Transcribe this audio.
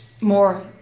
more